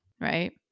right